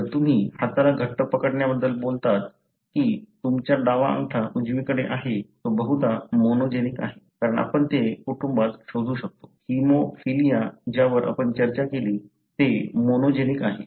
जर तुम्ही हाताला घट्ट पकडण्या बद्दल बोललात की तुमचा डावा अंगठा उजवीकडे आहे तो बहुधा मोनोजेनिक आहे कारण आपण ते कुटुंबात शोधू शकतो हिमोफिलिया ज्यावर आपण चर्चा केली ते मोनोजेनिक आहे